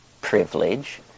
privilege